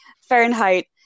Fahrenheit